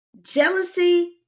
jealousy